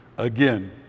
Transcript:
Again